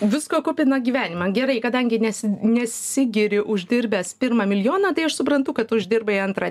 visko kupiną gyvenimą gerai kadangi nesi nesigiri uždirbęs pirmą milijoną tai aš suprantu kad uždirbai antrą